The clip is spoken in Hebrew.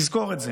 תזכור את זה